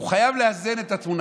הוא חייב לאזן את התמונה,